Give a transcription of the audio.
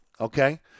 okay